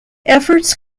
efforts